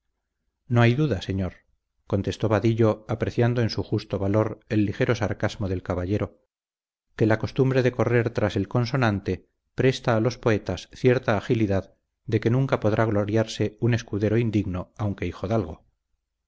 no hay duda señor contestó vadillo apreciando en su justo valor el ligero sarcasmo del caballero que la costumbre de correr tras el consonante presta a los poetas cierta agilidad de que nunca podrá gloriarse un escudero indigno aunque